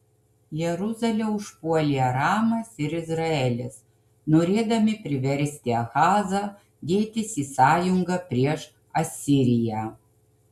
jeruzalę užpuolė aramas ir izraelis norėdami priversti ahazą dėtis į sąjungą prieš asiriją